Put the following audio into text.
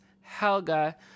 Helga